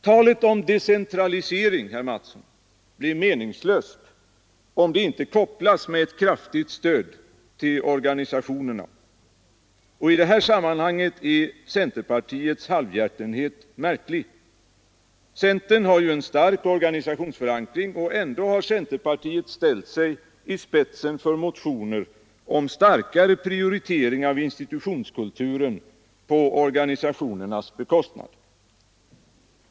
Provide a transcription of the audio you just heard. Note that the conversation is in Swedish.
Talet om decentralisering, herr Mattsson i Lane-Herrestad, blir meningslöst, om det inte kopplas med ett kraftigt stöd till organisationerna. I det här sammanhanget är centerpartiets halvhjärtenhet märklig. Centern har ju en stark organisationsförankring, och ändå har centerpartiet ställt sig i spetsen för motioner om starkare prioritering av institutionskulturen på organisationernas bekostnad.